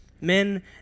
men